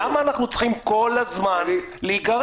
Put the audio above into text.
למה אנחנו צריכים כל הזמן להיגרר?